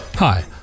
Hi